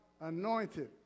anointed